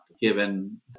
given